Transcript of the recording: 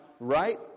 Right